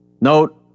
Note